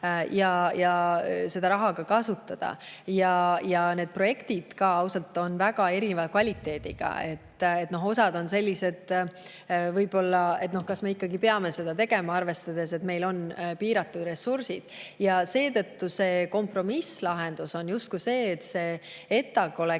ja seda raha kasutada. Need projektid, ausalt, on väga erineva kvaliteediga. Osa on võib-olla sellised, et kas me ikkagi peame seda tegema, arvestades, et meil on piiratud ressursid. Seetõttu kompromisslahendus on justkui see, et seal